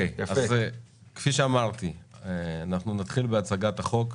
כפי שאמרתי, אנחנו נתחיל בהצגת החוק.